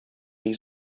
jej